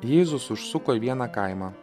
jėzus užsuko į vieną kaimą